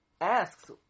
asks